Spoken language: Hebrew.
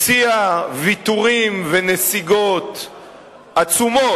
הציעה ויתורים ונסיגות עצומים,